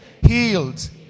healed